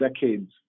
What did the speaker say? decades